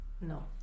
No